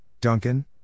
Duncan